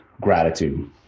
gratitude